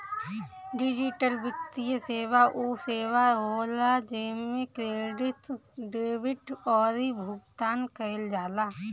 digital वित्तीय सेवा उ सेवा होला जेमे क्रेडिट, डेबिट अउरी भुगतान कईल जाला